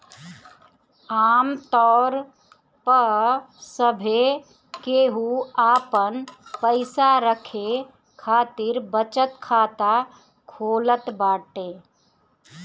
आमतौर पअ सभे केहू आपन पईसा रखे खातिर बचत खाता खोलत बाटे